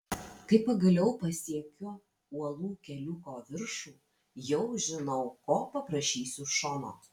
kai pagaliau pasiekiu uolų keliuko viršų jau žinau ko paprašysiu šono